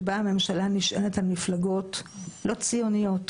שבה הממשלה נשענת על מפלגות לא ציוניות,